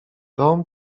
dom